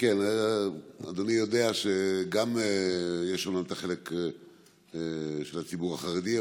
אדוני ידע שגם יש החלק של הציבור החרדי,